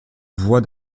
voies